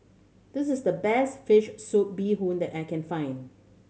this is the best fish soup bee hoon that I can find